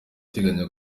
ateganya